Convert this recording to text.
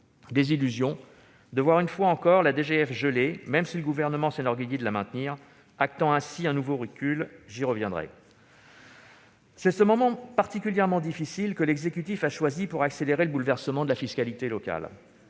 Désillusion enfin de voir une fois encore la DGF gelée, même si le Gouvernement s'enorgueillit de la maintenir, actant ainsi un nouveau recul- j'y reviendrai. C'est ce moment particulièrement difficile que l'exécutif a choisi pour accélérer le bouleversement de la fiscalité locale.